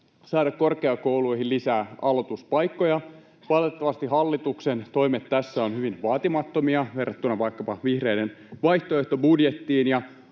saada korkeakouluihin lisää aloituspaikkoja. Valitettavasti hallituksen toimet tässä ovat hyvin vaatimattomia verrattuna vaikkapa vihreiden vaihtoehtobudjettiin,